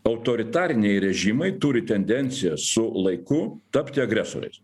autoritariniai režimai turi tendenciją su laiku tapti agresoriais